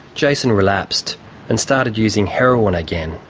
jason relapsed and started using heroin again.